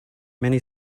many